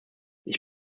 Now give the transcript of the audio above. ich